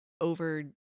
over